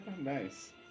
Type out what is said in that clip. Nice